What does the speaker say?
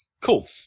Cool